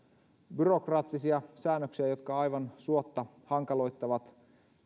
byrokraattisia säännöksiä jotka aivan suotta hankaloittavat